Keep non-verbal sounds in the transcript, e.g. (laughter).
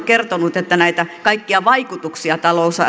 (unintelligible) kertonut että näitä kaikkia vaikutuksia